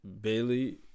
Bailey